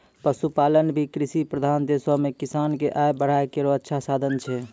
पशुपालन भी कृषि प्रधान देशो म किसान क आय बढ़ाय केरो अच्छा साधन छै